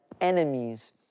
enemies